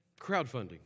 Crowdfunding